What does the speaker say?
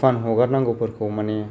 फुवान हगारनागौखौ माने